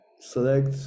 select